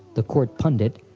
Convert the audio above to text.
the court pundit,